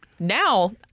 Now